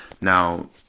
Now